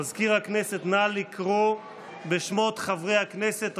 מזכיר הכנסת, נא לקרוא בשמות חברי הכנסת.